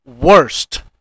worst